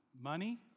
Money